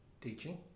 teaching